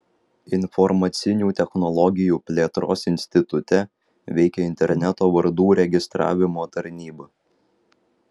informacinių technologijų plėtros institute veikia interneto vardų registravimo tarnyba